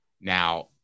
Now